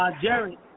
Jerry